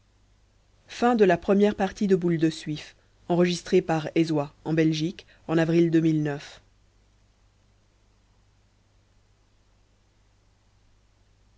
boule de suif author guy de maupassant